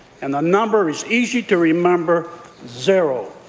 and the number is easy to remember zero.